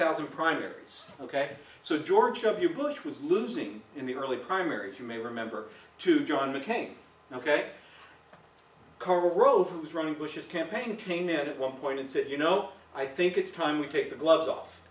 thousand primaries ok so george w bush was losing in the early primaries you may remember to john mccain ok karl rove who is running bush's campaign painted at one point and said you know i think it's time we take the gloves off